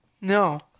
No